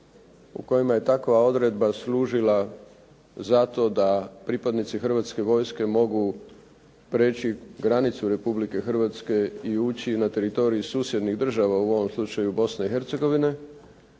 u kojima je takva odredba služila za to da pripadnici Hrvatske vojske mogu prijeći granicu Republike Hrvatske i ući na teritorij susjednih država u ovom slučaju Bosne i Hercegovine